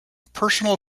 personal